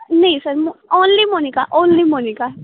ਨਹੀਂ sir only Monika only Monika